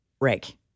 rake